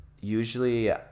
usually